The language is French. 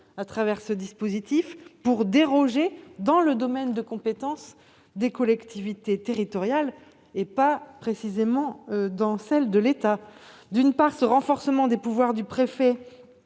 cadre de ce dispositif, pour déroger dans le domaine de compétences des collectivités territoriales, et non précisément dans celui de l'État. D'une part, ce renforcement des pouvoirs du préfet